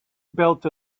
built